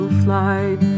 flight